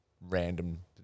random